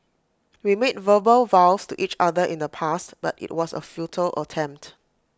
we made verbal vows to each other in the past but IT was A futile attempt